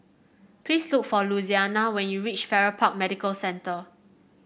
please look for Louisiana when you reach Farrer Park Medical Centre